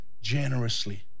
generously